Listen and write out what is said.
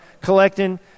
collecting